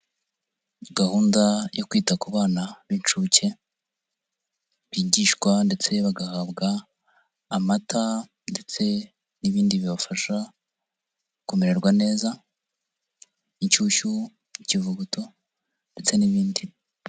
Gahunda yo kwita ku bana b'inshuke, bigishwa ndetse bagahabwa amata ndetse n'ibindi bibafasha kumererwa neza inshyushyu, ikivuguto, ndetse n'ibindi.